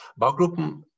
Baugruppen